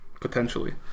potentially